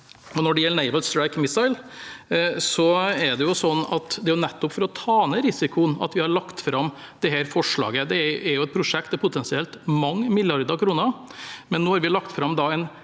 når det gjelder Naval Strike Missile, er det nettopp for å ta ned risikoen at vi har lagt fram dette forslaget. Det er et prosjekt til potensielt mange milliarder kroner. Nå har vi da lagt fram en